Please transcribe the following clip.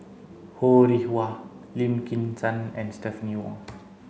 Ho Rih Hwa Lim Kim San and Stephanie Wong